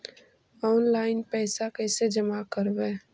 Online पैसा कैसे जमा करे?